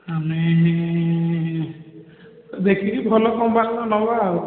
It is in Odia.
ଆମେ ଦେଖିକି ଭଲ କମ୍ପାନୀର ନେବା ଆଉ